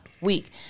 week